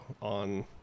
on